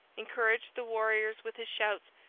encouraged the warriors with his shouts,